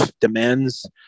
demands